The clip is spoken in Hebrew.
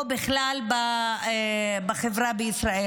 או בכלל בחברה בישראל,